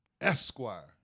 Esquire